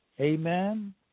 Amen